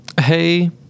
Hey